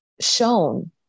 shown